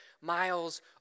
miles